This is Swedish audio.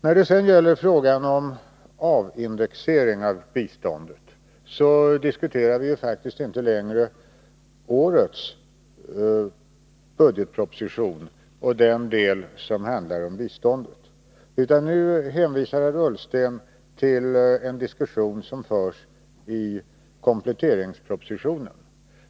När det sedan gäller frågan om avindexering av biståndet diskuterar vi faktiskt inte längre årets budget och den del av denna som handlar om biståndet, utan nu hänvisar herr Ullsten till en diskussion som förs i kompletteringspropositionen.